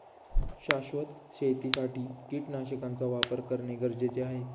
शाश्वत शेतीसाठी कीटकनाशकांचा वापर करणे गरजेचे आहे